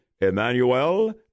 Emmanuel